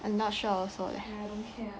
I'm not sure also leh